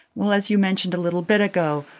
well, as you mentioned a little bit ago,